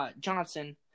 Johnson